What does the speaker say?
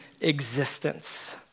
existence